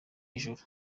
ijuru